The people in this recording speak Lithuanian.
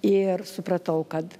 ir supratau kad